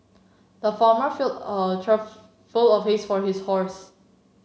the farmer filled a trough full of Hays for his horse